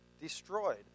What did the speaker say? destroyed